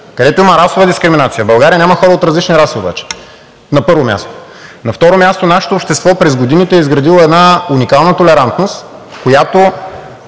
където има расова дискриминация. В България няма хора от различни раси обаче, на първо място. На второ място, нашето общество през годините е изградило една уникална толерантност, която